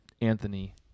Anthony